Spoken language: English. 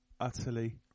Utterly